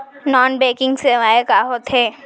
Non banking सेवाएं का होथे?